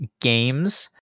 Games